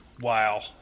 Wow